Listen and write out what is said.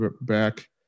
back